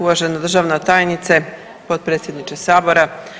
Uvažena državna tajnice, potpredsjedniče sabora.